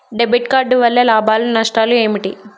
Debit card వల్ల లాభాలు నష్టాలు ఏమిటి?